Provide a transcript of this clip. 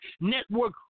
Network